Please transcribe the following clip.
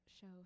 show